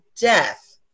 death